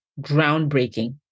groundbreaking